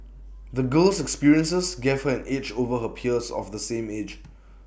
the girl's experiences gave her an edge over her peers of the same age